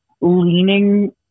leaning